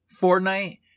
Fortnite